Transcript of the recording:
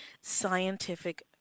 scientific